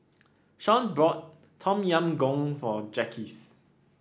Shaun bought Tom Yam Goong for Jacques